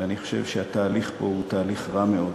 ואני חושב שהתהליך פה הוא תהליך רע מאוד.